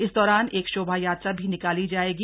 इस दौरान एक शोभायात्रा भी निकाली जाएगी